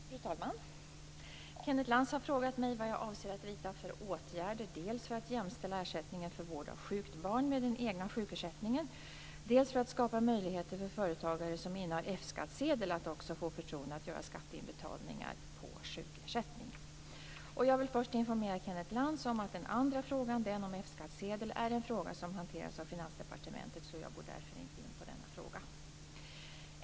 Fru talman! Kenneth Lantz har frågat mig vad jag avser att vidta för åtgärder dels för att jämställa ersättningen för vård av sjukt barn med den egna sjukersättningen, dels för att skapa möjligheter för företagare som innehar F-skattsedel att också få förtroende att göra skatteinbetalningar på sjukersättning. Jag vill först informera Kenneth Lantz om att den andra frågan - den om F-skattsedel - är en fråga som hanteras av Finansdepartementet. Jag går därför inte in på denna fråga.